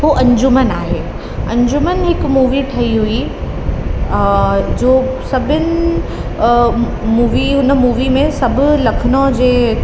उहा अंजूमन आहे अंजूमन हिकु मूवी ठई हुई जो सभिन मूवी हुन मूवी में सभु लखनऊ जे